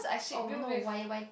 oh no why why